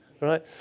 right